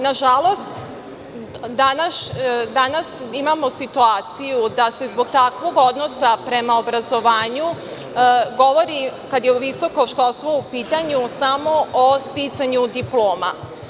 Nažalost, danas imamo situaciju da se zbog takvog odnosa prema obrazovanju govori, kada je visoko školstvo upitanju, samo o sticanju diploma.